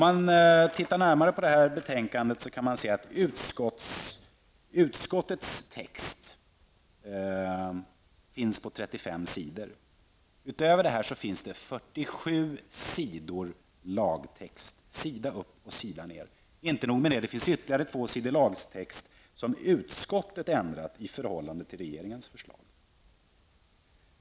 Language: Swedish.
Den som studerar betänkandet närmare finner att utskottets text omfattar 35 s. Ytterligare 47 s. består av lagtext, sida upp och sida ner. Och inte nog med det -- på ytterligare två sidor redovisas text som utskottet ändrat i förhållande till regeringens förslag.